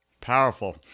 Powerful